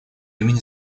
имени